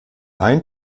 ein